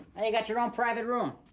and you got your own private room.